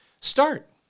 start